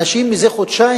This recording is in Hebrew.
אנשים זה חודשיים,